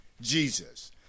Jesus